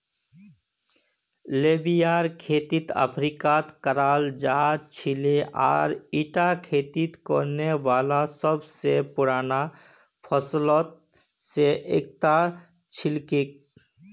लोबियार खेती अफ्रीकात कराल जा छिले आर ईटा खेती करने वाला सब स पुराना फसलत स एकता छिके